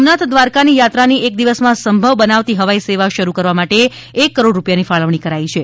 સોમનાથ દ્વારકા ની યાત્રા એક દિવસ માં સંભવ બનાવતી હવાઈ સેવા શરૂ કરવા માટે એક કરોડ રૂપિયા ની ફાળવણી કરાઇ છે